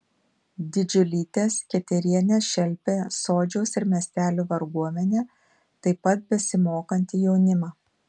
didžiulytė sketerienė šelpė sodžiaus ir miestelių varguomenę taip pat besimokantį jaunimą